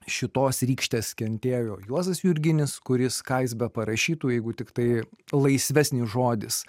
šitos rykštės kentėjo juozas jurginis kuris ką jis beparašytų jeigu tiktai laisvesnis žodis